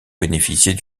bénéficier